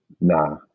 nah